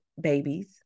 babies